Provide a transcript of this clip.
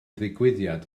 ddigwyddiad